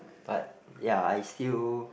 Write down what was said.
but ya I still